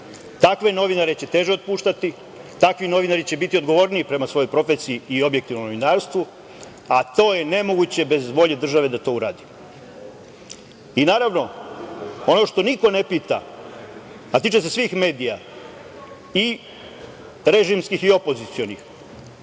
treba. Takve novinare će teže otpuštati, takvi novinari će biti odgovorniji prema svojoj profesiji i objektivnom novinarstvu, a to je nemoguće bez volje države da to uradi. Naravno, ono što niko ne pita, a tiče se svih medija i režimskih i opozicionih,